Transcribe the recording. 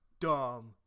dumb